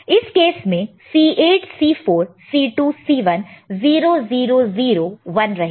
इस केस में C8 C4 C2 C1 0 0 0 1 रहेगा